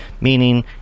meaning